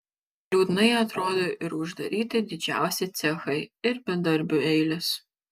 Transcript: liūdnai atrodo ir uždaryti didžiausi cechai ir bedarbių eilės